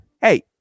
Hey